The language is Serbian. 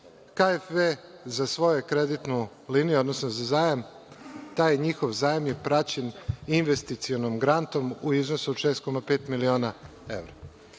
KfW za svoju kreditnu liniju, odnosno za zajam. Taj njihov zajam je praćen investicionim grantom u iznosu od 6,5 miliona